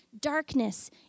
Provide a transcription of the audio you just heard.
darkness